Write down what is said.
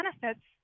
benefits